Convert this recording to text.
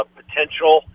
potential